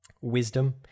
Wisdom